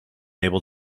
able